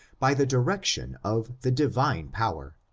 by the direction of the divine power,